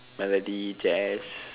Melody Jazz